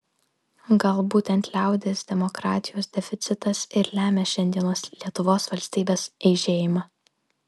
gal būtent liaudies demokratijos deficitas ir lemia šiandienos lietuvos valstybės eižėjimą